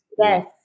yes